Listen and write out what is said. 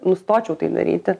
nustočiau tai daryti